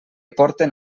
porten